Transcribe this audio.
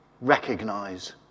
recognize